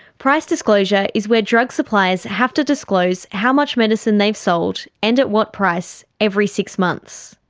price disclosure is where drug suppliers have to disclose how much medicine they've sold and at what price, every six months.